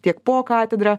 tiek po katedra